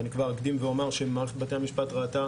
ואני כבר אקדים ואומר שמערכת בתי המשפט ראתה